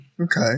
okay